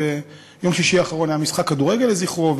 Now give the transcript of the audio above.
ביום שישי האחרון היה משחק כדורגל לזכרו,